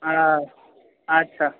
हाँ अच्छा